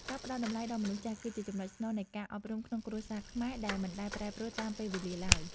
ការផ្ដល់តម្លៃដល់មនុស្សចាស់ គឺជាចំណុចស្នូលនៃការអប់រំក្នុងគ្រួសារខ្មែរដែលមិនដែលប្រែប្រួលតាមពេលវេលាឡើយ។